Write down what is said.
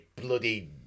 bloody